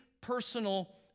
personal